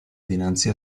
dinanzi